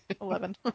Eleven